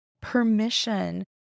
permission